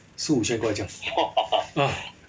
四五千块这样 ah